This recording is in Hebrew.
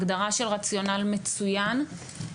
הגדרה של רציונל מצוין,